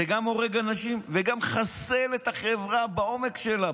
זה גם הורג אנשים וגם מחסל את החברה בעומק שלה,